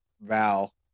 val